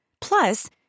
Plus